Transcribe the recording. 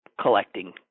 collecting